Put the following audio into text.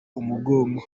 umugongo